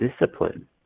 discipline